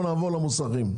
עכשיו נעבור למוסכים.